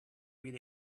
read